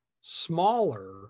smaller